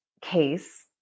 case